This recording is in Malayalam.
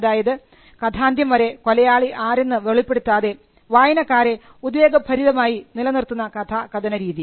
അതായത് കഥാന്ത്യം വരെ കൊലയാളി ആരെന്ന് വെളിപ്പെടുത്താതെ വായനക്കാരെ ഉദ്വേഗഭരിതമായി നിലനിർത്തുന്ന കഥാ കഥന രീതി